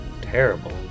Terrible